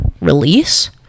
release